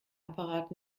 apparat